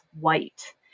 white